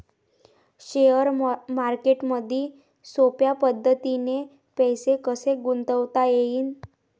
Share मार्केटमधी सोप्या पद्धतीने पैसे कसे गुंतवता येईन?